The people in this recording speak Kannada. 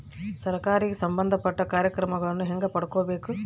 ಸರಕಾರಿ ಸಂಬಂಧಪಟ್ಟ ಕಾರ್ಯಕ್ರಮಗಳನ್ನು ಹೆಂಗ ಪಡ್ಕೊಬೇಕು?